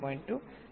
5 અને 0